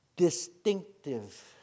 distinctive